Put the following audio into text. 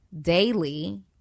daily